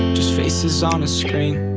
just faces on a screen,